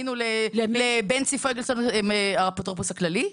פנינו לאפוטרופוס הכללי.